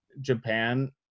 Japan